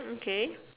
okay